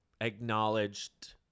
acknowledged